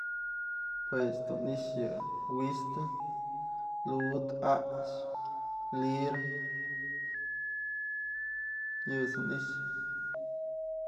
Jue dun i'ixë, wistë, lud, a'axë, lirë, yëch dun i'ixë.